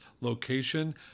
location